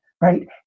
right